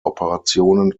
operationen